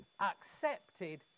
accepted